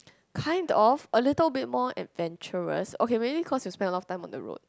kind of a little bit more adventurous okay cause you spend a lot of time on the road